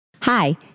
Hi